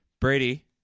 brady